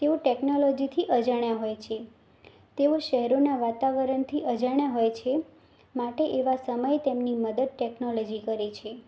તેઓ ટેકનોલોજીથી અજાણ્યા હોય છે તેઓ શહેરોનાં વાતાવરણથી અજાણ્યા હોય છે માટે એવા સમયે તેમની મદદ ટેકનોલોજી કરે છે